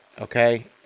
Okay